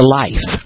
life